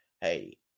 hey